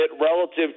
relative